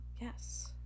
yes